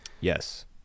Yes